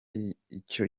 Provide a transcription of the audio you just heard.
icyo